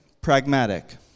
pragmatic